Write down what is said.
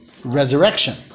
Resurrection